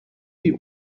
die